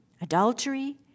adultery